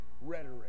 rhetoric